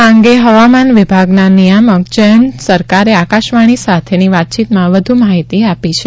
આ અંગે હવામાન વિભાગના નિયામક શ્રીજયંત સરકારે આકાશવાણી સાથેની વાતચીતમાં વધુ માહિતી આપી છે